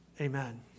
Amen